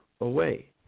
away